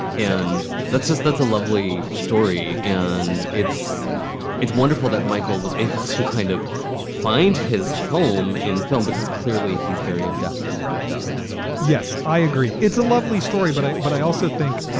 and that's just that's a lovely story. and it's it's wonderful that michael was able to kind of find his home in film because clearly he's very adept at what he does yes, i agree. it's a lovely story. but i but i also think,